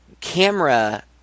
camera